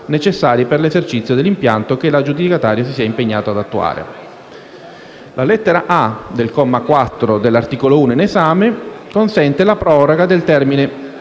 necessari per l'esercizio dell'impianto che l'aggiudicatario si sia impegnato ad attuare. La lettera *a)* del comma 4 dell'articolo 1 in esame consente la proroga del termine